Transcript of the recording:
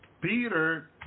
Peter